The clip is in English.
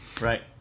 Right